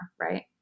right